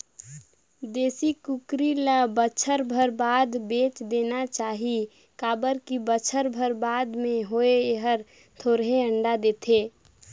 देसी कुकरी ल बच्छर भर बाद बेच देना चाही काबर की बच्छर भर बाद में ए हर थोरहें अंडा देथे